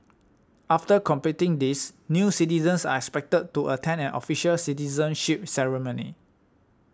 after completing these new citizens are expected to attend an official citizenship ceremony